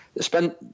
spent